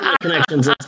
connections